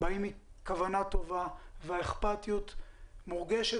באים מכוונה טובה והאכפתיות מורגשת.